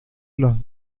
los